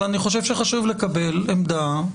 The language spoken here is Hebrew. אבל אני חשוב שחשוב לקבל עמדה,